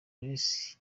grace